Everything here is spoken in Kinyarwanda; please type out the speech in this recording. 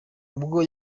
ubwo